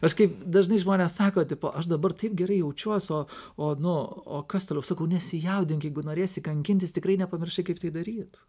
aš kaip dažnai žmonės sako tipo aš dabar taip gerai jaučiuos o nu o kas toliau sakau nesijaudink jeigu norėsi kankintis tikrai nepamiršai kaip tai daryt